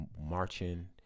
marching